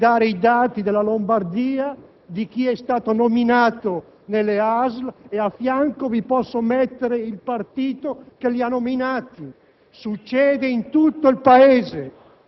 riguarda le mani della politica sulla sanità, sulle nomine nelle ASL, riguarda la fiducia dei cittadini nei confronti del medico che li sta curando.